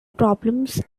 problems